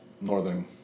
northern